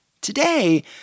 Today